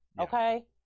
okay